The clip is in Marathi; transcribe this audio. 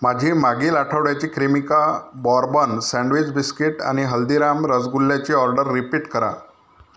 माझी मागील आठवड्याची क्रीमिका बॉर्बन सँडविच बिस्किट आणि हल्दीराम रसगुल्ल्याची ऑर्डर रिपीट करा